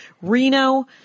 Reno